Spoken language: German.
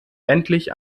endlich